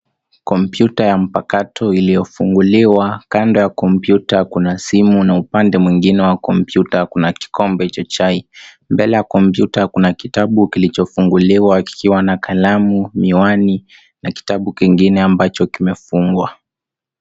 Kompyuta ya mpakato iliyofunguliwa . Kando ya kompyuta kuna simu na upande mwingine wa kompyuta kuna kikombe cha chai . Mbele ya kompyuta kuna kitabu kilichofunguliwa kikiwa na kalamu, miwani na kitabu kingine ambacho kimefungwa.